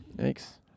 Thanks